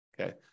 Okay